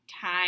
time